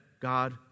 God